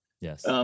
Yes